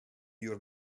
your